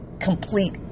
complete